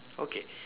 okay